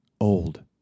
old